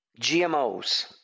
GMOs